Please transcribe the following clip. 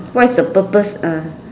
what is the purpose uh